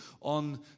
on